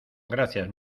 gracias